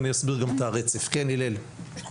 הלל בבקשה.